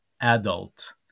adult